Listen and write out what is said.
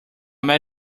met